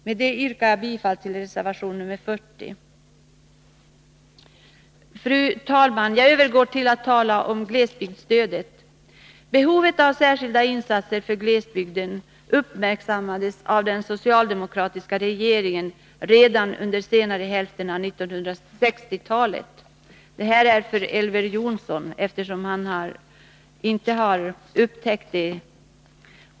Med det yrkar jag bifall till reservation nr 40. Fru talman! Jag övergår till att tala om glesbygdsstödet. Behovet av särskilda insatser för glesbygden uppmärksammades av den socialdemokratiska regeringen redan under senare hälften av 1960-talet. Detta säger jag till Elver Jonsson, eftersom han inte tycks ha upptäckt det.